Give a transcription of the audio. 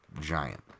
giant